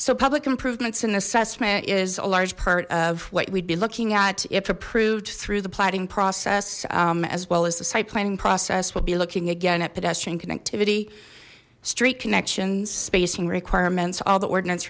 so public improvements in assessment is a large part of what we'd be looking at if approved through the planning process as well as the site planning process we'll be looking again at pedestrian connectivity street connections spacing requirements all the ordinance